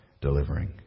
delivering